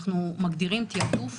אנחנו מגדירים תעדוף